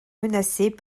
menacées